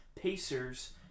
Pacers